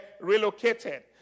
relocated